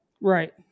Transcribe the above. Right